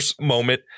moment